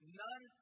none